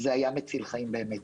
זה היה מציל חיים באמת.